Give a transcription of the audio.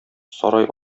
сарай